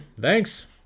thanks